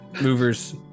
movers